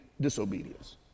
disobedience